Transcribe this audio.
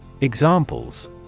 Examples